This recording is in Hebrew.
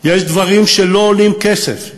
יש דברים שלא עולים כסף,